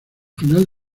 final